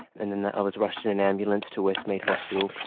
and then i was rushed in an ambulance to westmead hospital.